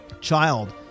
child